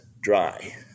dry